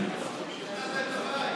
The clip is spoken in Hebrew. אתה בעד?